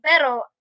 Pero